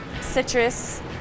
Citrus